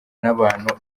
nabantu